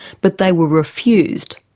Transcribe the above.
but they were refused.